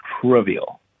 trivial